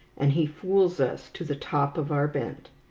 and he fools us to the top of our bent.